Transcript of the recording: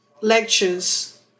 lectures